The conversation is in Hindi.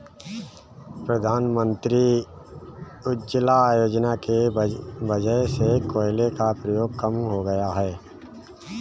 प्रधानमंत्री उज्ज्वला योजना की वजह से कोयले का प्रयोग कम हो गया है